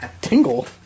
tingle